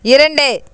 இரண்டு